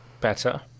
better